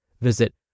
Visit